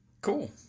Cool